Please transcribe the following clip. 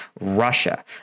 russia